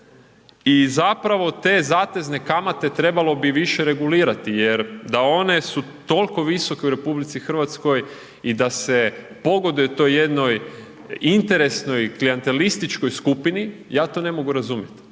I zapravo te zatezne kamate trebalo bi više regulirati jer da one su toliko visoke u RH i da se pogoduje toj jednoj interesnoj klijantelističkoj skupini, ja to ne mogu razumjeti.